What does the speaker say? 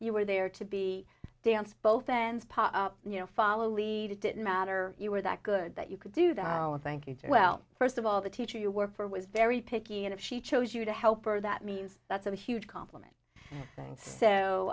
you were there to be dance both hands pop and you know follow lead it didn't matter you were that good that you could do that thank you to well first of all the teacher you worked for was very picky and if she chose you to help her that means that's a huge compliment thing so